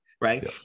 right